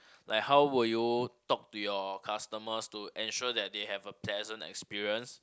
like how will you talk to your customers to ensure that they have a pleasant experience